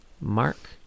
Mark